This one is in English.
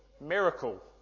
Miracle